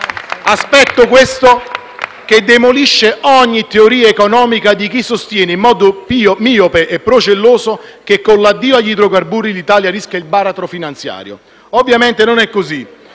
Aspetto, questo, che demolisce ogni teoria economica di chi sostiene in modo miope e procelloso che con l'addio agli idrocarburi l'Italia rischia il baratro finanziario. Ovviamente non è così: